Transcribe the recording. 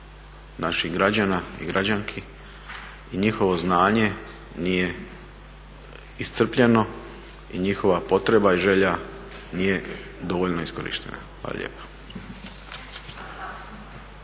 naših građana i građanki i njihovo znanje nije iscrpljeno i njihova potreba i želja nije dovoljno iskorištena. Hvala lijepo.